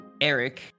Eric